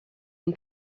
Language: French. une